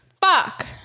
Fuck